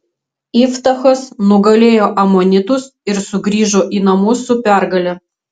iftachas nugalėjo amonitus ir sugrįžo į namus su pergale